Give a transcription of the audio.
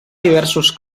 diversos